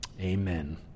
Amen